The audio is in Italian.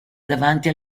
davanti